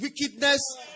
wickedness